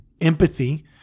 Empathy